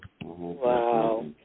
Wow